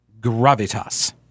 gravitas